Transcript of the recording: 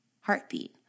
heartbeat